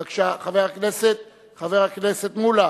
בבקשה, חבר הכנסת מולה.